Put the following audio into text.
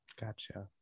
Gotcha